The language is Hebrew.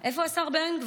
לא, יש שר תורן.